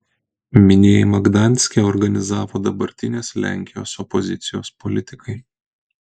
minėjimą gdanske organizavo dabartinės lenkijos opozicijos politikai